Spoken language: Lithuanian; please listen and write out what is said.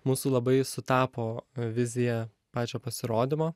mūsų labai sutapo vizija pačio pasirodymo